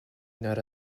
not